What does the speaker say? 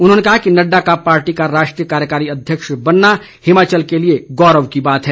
उन्होंने कहा कि नड्डा का पार्टी का राष्ट्रीय कार्यकारी अध्यक्ष बनना हिमाचल के लिए गौरव की बात है